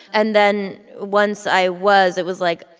and then once i was, it was like,